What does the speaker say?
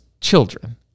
children